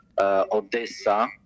Odessa